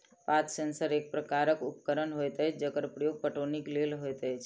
पात सेंसर एक प्रकारक उपकरण होइत अछि जकर प्रयोग पटौनीक लेल होइत अछि